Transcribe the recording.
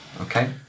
Okay